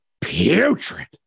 putrid